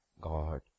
God